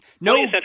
no